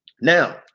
Now